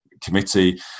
committee